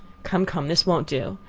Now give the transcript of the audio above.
come, come, this won't do.